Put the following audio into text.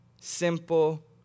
simple